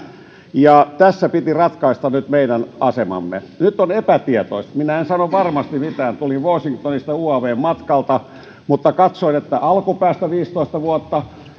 ja tässä piti ratkaista nyt meidän asemamme nyt olen epätietoinen minä en sano varmasti mitään tulin washingtonista uavn matkalta mutta katsoin että alkupäästä viisitoista vuotta